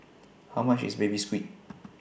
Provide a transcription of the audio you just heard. How much IS Baby Squid